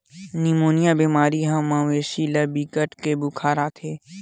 pneumonia बेमारी म मवेशी ल बिकट के बुखार आथे